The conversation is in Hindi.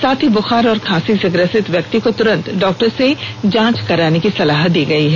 साथ ही बुखार और खांसी से ग्रसित व्यक्ति को तुरंत डॉक्टर से जांच कराने की सलाह दी गई है